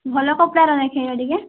ଭଲ କପଡ଼ାର ଦେଖେଇବେ ଟିକିଏ